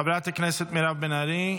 חברת הכנסת מירב בן ארי,